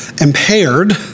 impaired